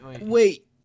Wait